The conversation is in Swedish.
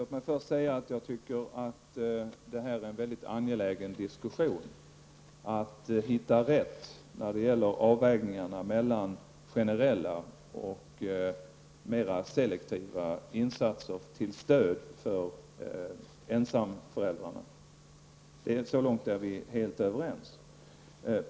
Herr talman! Jag tycker att detta är en mycket angelägen diskussion. Det är viktigt att hitta rätt avvägning mellan generella och mer selektiva insatser till stöd för ensamföräldrarna. Så långt är vi helt överens.